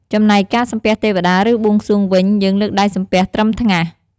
ចំណែកការសំពះទេវតា ឬបួងសួងវិញ យើងលើកដៃសំពះត្រឹមថ្ងាស។